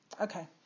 Okay